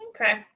okay